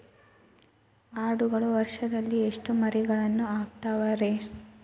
ಆಡುಗಳು ವರುಷದಲ್ಲಿ ಎಷ್ಟು ಮರಿಗಳನ್ನು ಹಾಕ್ತಾವ ರೇ?